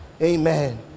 Amen